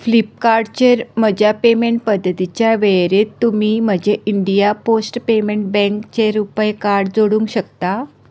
फ्लिपकार्टचेर म्हज्या पेमेंट पद्दतींच्या वेळेरेंत तुमी म्हजें इंडीया पोस्ट पेमेंट बँकचें रुपे कार्ड जोडूंक शकता